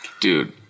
Dude